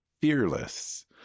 fearless